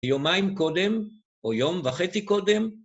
יומיים קודם או יום וחצי קודם